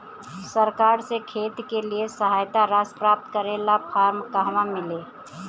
सरकार से खेत के लिए सहायता राशि प्राप्त करे ला फार्म कहवा मिली?